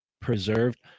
preserved